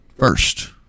first